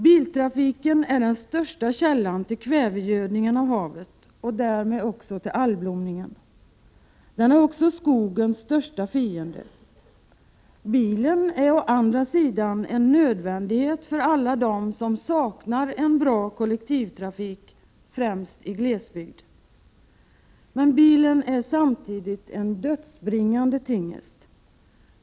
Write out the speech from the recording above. Biltrafiken är den största källan till kvävegödningen av havet, och därmed också till algblomningen. Den är också skogens största fiende. Bilen är å andra sidan en nödvändighet för alla dem som saknar en bra kollektivtrafik, främst i glesbygd. Bilen är emellertid samtidigt en dödsbringande tingest.